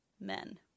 men